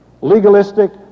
legalistic